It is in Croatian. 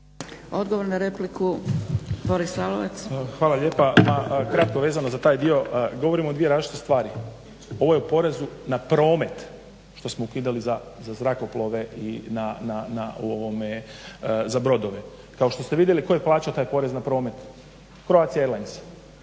Odgovor na repliku Boris Lalovac. **Lalovac, Boris** Hvala lijepa. Ma kratko vezano za taj dio. Govorimo o dvije različite stvari, ovo je o porezu na promet što smo ukidali za zrakoplove i za brodove. Kao što ste vidjeli tko je plaćao taj porez na promet, Croatia Airlines,